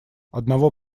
одного